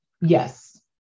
Yes